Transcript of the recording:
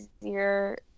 easier